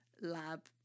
Lab